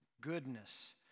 goodness